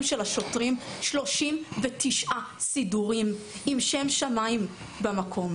של השוטרים 39 סידורים עם שם שמיים במקום.